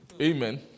Amen